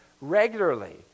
regularly